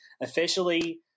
officially